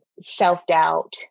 self-doubt